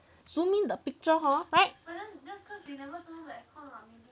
zoom in the picture hor right